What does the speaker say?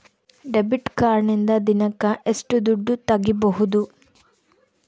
Debit ಕಾರ್ಡಿನಿಂದ ದಿನಕ್ಕ ಎಷ್ಟು ದುಡ್ಡು ತಗಿಬಹುದು?